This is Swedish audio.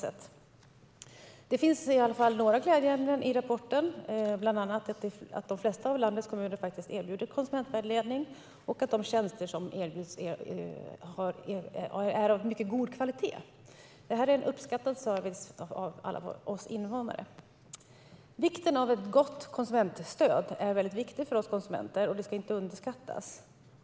Det finns i alla fall några glädjeämnen i rapporten, bland annat att de flesta av landets kommuner faktiskt erbjuder konsumentvägledning och att de tjänster som erbjuds är av mycket god kvalitet. Det här är en service som alla invånare uppskattar. Ett gott konsumentstöd är väldigt viktigt för oss konsumenter och ska inte underskattas.